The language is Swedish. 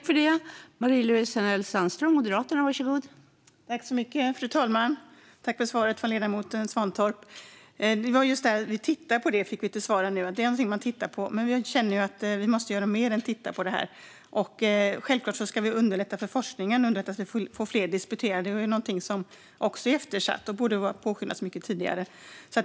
Fru talman! Tack för svaret från ledamoten Svantorp! Det är just det här "vi tittar på det" som vi nu fick till svar. Men vi känner att vi måste göra mer än att titta på det här. Självklart ska vi underlätta för forskningen och underlätta för att få fler disputerade. Det är någonting som också är eftersatt och som borde ha påskyndats mycket tidigare.